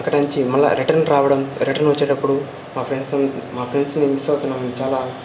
అక్కటాంచి మళ్ళీ రిటర్న్ రావడం రిటర్న్ వచ్చేటప్పుడు మా ఫ్రెండ్స్ మా ఫ్రెండ్స్ని మిస్ అవుతున్నామని చాలా